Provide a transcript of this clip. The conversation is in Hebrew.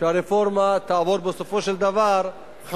שהרפורמה תעבור בסופו של דבר,